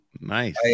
nice